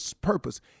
purpose